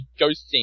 ghosting